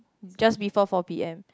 just before four p_m